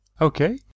Okay